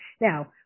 Now